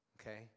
Okay